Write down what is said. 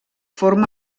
forma